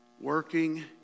Working